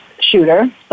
shooter